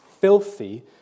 filthy